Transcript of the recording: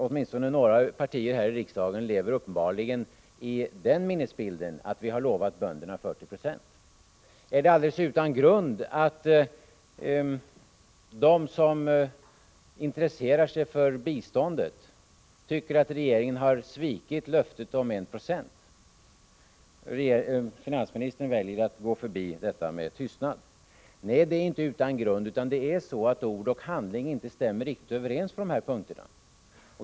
Åtminstone några partier här i riksdagen lever uppenbarligen i den minnesbilden att vi har lovat bönderna 40 9. Är det alldeles utan grund att de som intresserar sig för u-landsbiståndet tycker att regeringen har svikit löftet om 1 96? Finansministern väljer att gå förbi detta med tystnad. Nej, det är inte utan grund, utan det är så att ord och handling inte stämmer riktigt överens på de här punkterna.